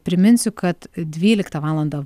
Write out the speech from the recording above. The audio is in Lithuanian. priminsiu kad dvyliktą valandą